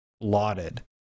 lauded